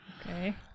okay